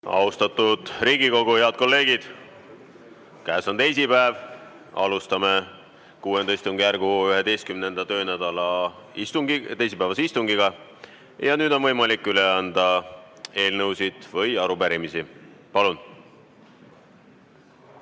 Austatud Riigikogu! Head kolleegid! Käes on teisipäev ja alustame VI istungjärgu 11. töönädala teisipäevast istungit. Nüüd on võimalik üle anda eelnõusid ja arupärimisi. Palun!